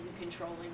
controlling